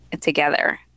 together